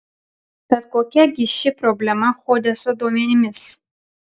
tad kokia gi ši problema hodeso duomenimis